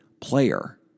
player